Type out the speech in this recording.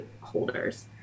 holders